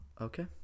Okay